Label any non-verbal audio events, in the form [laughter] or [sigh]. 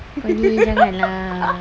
[laughs]